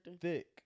thick